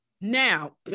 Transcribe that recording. Now